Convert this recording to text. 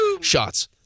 Shots